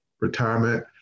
retirement